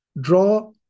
draw